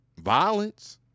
violence